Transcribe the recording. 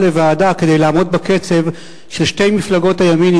לוועדה כדי לעמוד בקצב של שתי מפלגות הימין,